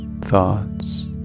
thoughts